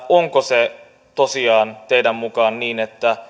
onko tosiaan teidän mukaanne niin että